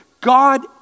God